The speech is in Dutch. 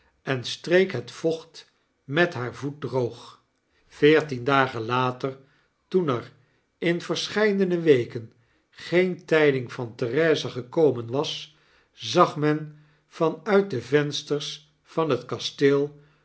en streek het vocht met haar voet droog veertien dagen later toen er in verscheidene weken geen tijdmg van therese gekomenwas zag men van uit de vensters van het kasteel